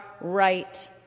right